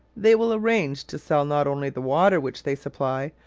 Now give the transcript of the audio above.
they will arrange to sell not only the water which they supply,